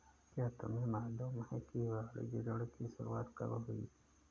क्या तुम्हें मालूम है कि वाणिज्य ऋण की शुरुआत कब हुई?